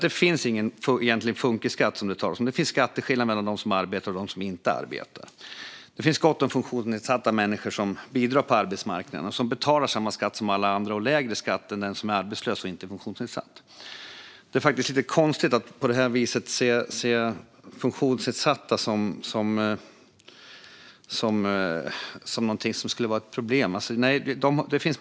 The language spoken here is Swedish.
Det finns ingen egentlig funkisskatt, utan det som finns är skatteskillnader mellan dem som arbetar och dem som inte arbetar. Det finns gott om funktionsnedsatta människor som bidrar på arbetsmarknaden och betalar samma skatt som alla andra och lägre skatt än den som är arbetslös och inte funktionsnedsatt. Det är lite konstigt att på detta vis se funktionsnedsatta som ett problem.